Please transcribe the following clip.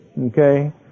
okay